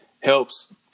helps